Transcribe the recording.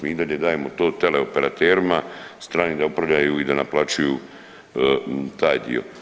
Mi i dalje dajemo to teleoperaterima stranim da upravljaju i da naplaćuju taj dio.